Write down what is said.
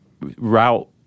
route